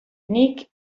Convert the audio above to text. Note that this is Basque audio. nik